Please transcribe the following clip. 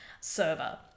server